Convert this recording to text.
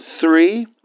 three